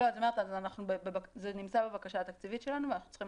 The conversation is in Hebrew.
זה נמצא בבקשה תקציבית שלנו ואנחנו צריכים